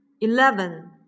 eleven